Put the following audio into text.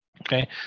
Okay